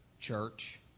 church